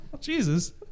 Jesus